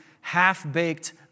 half-baked